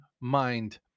mind